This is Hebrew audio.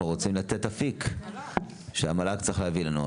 אנחנו רוצים לתת אפיק שהמל"ג צריך להביא לנו.